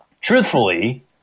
truthfully